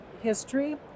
history